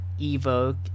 Evoke